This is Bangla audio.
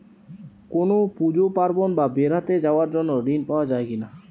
কোনো পুজো পার্বণ বা বেড়াতে যাওয়ার জন্য ঋণ পাওয়া যায় কিনা?